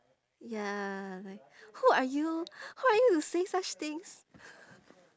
ya like who are you who are you to say such things